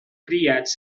criats